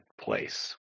place